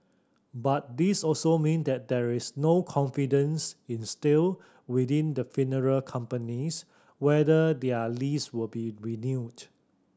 but this also mean that there is no confidence instilled within the funeral companies whether their lease will be renewed